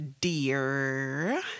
dear